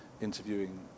interviewing